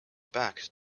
back